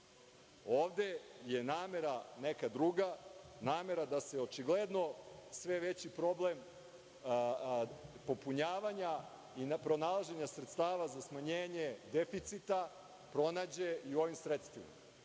Ovde je namera neka druga, namera da se očigledno sve veći problem popunjavanja i nepronalaženja sredstava za smanjenje deficita pronađe i u ovim sredstvima,